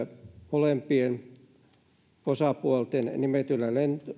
molempien osapuolten nimetyillä